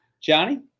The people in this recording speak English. johnny